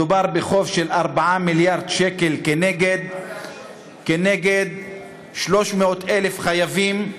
מדובר בחוב של 4 מיליארדי שקלים כנגד 300,000 חייבים.